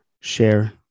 share